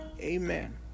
Amen